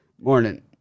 Morning